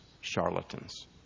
charlatans